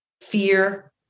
fear